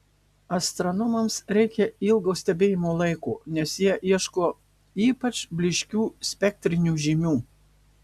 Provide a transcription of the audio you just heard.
astronomams reikia ilgo stebėjimo laiko nes jie ieško ypač blyškių spektrinių žymių